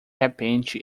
repente